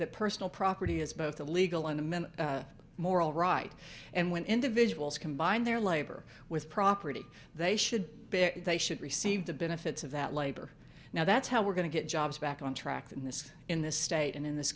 that personal property is both the legal and the men moral right and when individuals combine their labor with property they should they should receive the benefits of that labor now that's how we're going to get jobs back on track in this in this state and in this